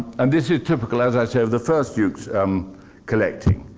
and this is typical, as i say, of the first duke's um collecting.